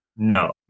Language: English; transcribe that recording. No